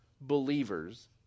believers